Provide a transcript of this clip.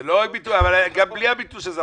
זה לא הביטול, גם בלי הביטול הזה.